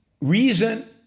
reason